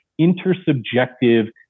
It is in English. intersubjective